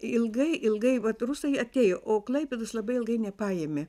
ilgai ilgai vat rusai atėjo o klaipėdos labai ilgai nepaėmė